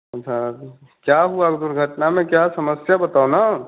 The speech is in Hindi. अच्छा क्या हुआ दुर्घटना में क्या समस्या बताओ ना